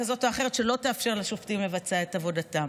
כזאת או אחרת שלא תאפשר לשופטים לבצע את עבודתם.